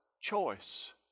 choice